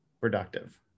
productive